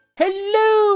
Hello